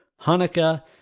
Hanukkah